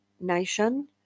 nation